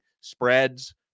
spreads